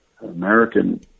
American